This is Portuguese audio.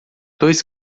dois